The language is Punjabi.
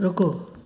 ਰੁਕੋ